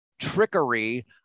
trickery